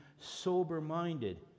sober-minded